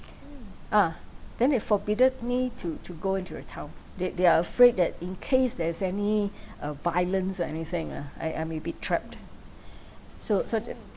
ah then he forbidden me to to go into the town they they are afraid that in case there's any uh violence or anything ah I I may be trapped so so they